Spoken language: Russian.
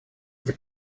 для